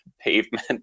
pavement